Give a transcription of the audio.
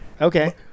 Okay